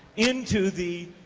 into the